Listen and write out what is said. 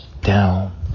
down